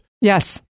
Yes